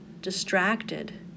distracted